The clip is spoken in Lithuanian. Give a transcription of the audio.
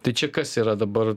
tai čia kas yra dabar